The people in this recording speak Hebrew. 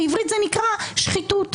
בעברית זה נקרא "שחיתות".